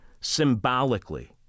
Symbolically